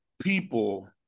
people